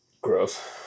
gross